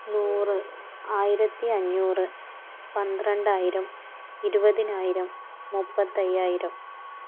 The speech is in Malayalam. നൂറ് ആയിരത്തി അഞ്ഞൂറ് പന്ത്രണ്ടായിരം ഇരുപതിനായിരം മുപ്പത്തയ്യായിരം